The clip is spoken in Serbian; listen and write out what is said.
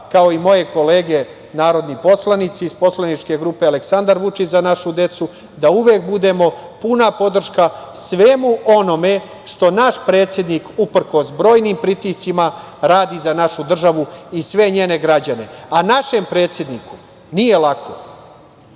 kao i moje kolege narodni poslanici iz poslaničke grupe "Aleksandar Vučić - Za našu decu" da uvek budemo puna podrška svemu onome što naš predsednik, uprkos brojnim pritiscima, radi za našu državu i sve njene građane. A našem predsedniku nije